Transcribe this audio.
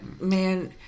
Man